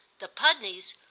the pudneys,